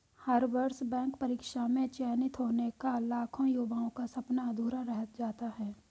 हर वर्ष बैंक परीक्षा में चयनित होने का लाखों युवाओं का सपना अधूरा रह जाता है